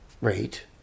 rate